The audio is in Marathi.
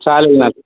चालेल ना